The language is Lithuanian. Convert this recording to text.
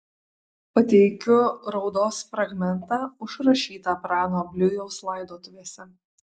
pateikiu raudos fragmentą užrašytą prano bliujaus laidotuvėse